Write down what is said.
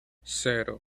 cero